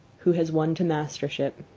who has won to mastership